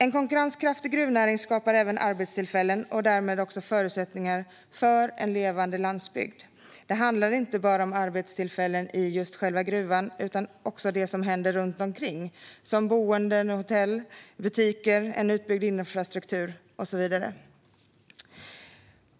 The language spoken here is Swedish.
En konkurrenskraftig gruvnäring skapar även arbetstillfällen och därmed också förutsättningar för en levande landsbygd. Det handlar inte bara om arbetstillfällen i själva gruvan utan också om det som händer runt omkring när det gäller boende, hotell, butiker, utbyggd infrastruktur och så vidare.